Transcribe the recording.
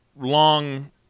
Long